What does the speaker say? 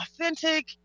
authentic